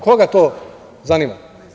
Koga to zanima.